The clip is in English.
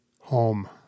Home